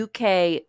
UK